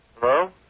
Hello